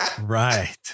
Right